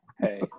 Hey